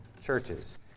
churches